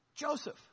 joseph